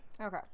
Okay